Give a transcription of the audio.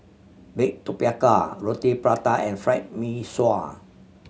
bake tapioca Roti Prata and Fried Mee Sua